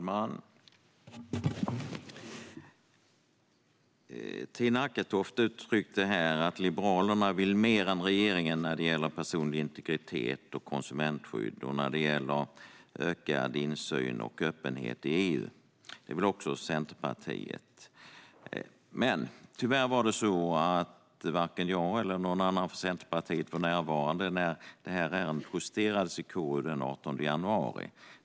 Fru talman! Tina Acketoft uttryckte här att Liberalerna vill mer än regeringen när det gäller personlig integritet och konsumentskydd och när det gäller ökad insyn och öppenhet i EU. Det vill också Centerpartiet. Men tyvärr var varken jag eller någon annan från Centerpartiet närvarande när detta ärende justerades i KU den 18 januari.